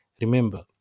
Remember